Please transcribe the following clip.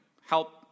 help